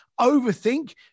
overthink